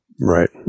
Right